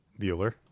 Bueller